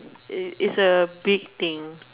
it it's a big thing